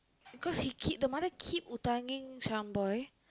cause he keep the mother keep utang-ing